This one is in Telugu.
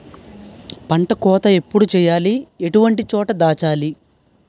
పంట కోత ఎప్పుడు చేయాలి? ఎటువంటి చోట దాచాలి?